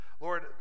Lord